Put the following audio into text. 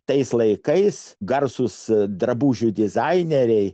tais laikais garsūs drabužių dizaineriai